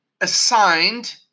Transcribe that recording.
assigned